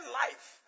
life